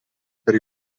per